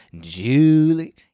Julie